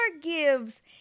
gives